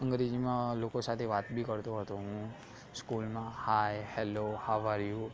અંગ્રેજીમાં લોકો સાથે વાત બી કરતો હતો હું સ્કૂલમાં hi hello how are you